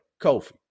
Kofi